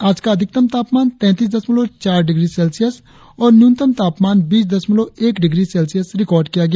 आज का अधिकतम तापमान तैतीस दशमलव चार डिग्री सेल्सियस और न्यूनतम तापमान बीस दशमलव एक डिग्री सेल्सियस रिकार्ड किया गया